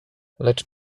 lecz